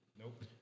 nope